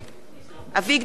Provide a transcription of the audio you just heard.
אביגדור ליברמן,